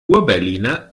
urberliner